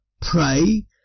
pray